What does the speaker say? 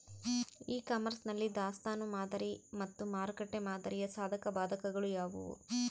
E commerce ನಲ್ಲಿ ದಾಸ್ತನು ಮಾದರಿ ಮತ್ತು ಮಾರುಕಟ್ಟೆ ಮಾದರಿಯ ಸಾಧಕಬಾಧಕಗಳು ಯಾವುವು?